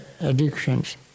addictions